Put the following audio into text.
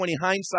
hindsight